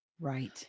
Right